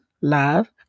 Love